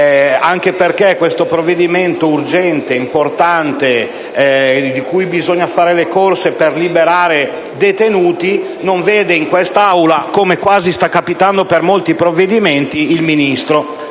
anche perché, per questo provvedimento urgente e importante, per cui bisogna fare le corse per liberare detenuti, non vedo in quest'Aula, come sta capitando per molti provvedimenti, il Ministro.